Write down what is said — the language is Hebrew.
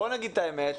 בואו נגיד את האמת,